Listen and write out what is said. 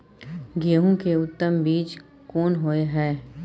गेहूं के उत्तम बीज कोन होय है?